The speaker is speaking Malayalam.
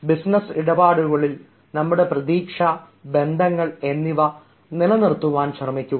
ബിസിനസ് ഇടപാടുകളിൽ നമ്മുടെ പ്രതീക്ഷ ബന്ധങ്ങൾ എന്നിവ നിലനിർത്തുവാൻ ശ്രമിക്കുക